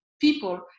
people